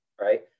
right